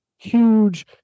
huge